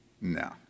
No